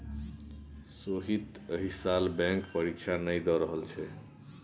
सोहीत एहि साल बैंक परीक्षा नहि द रहल छै